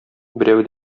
берәү